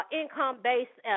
income-based